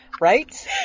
Right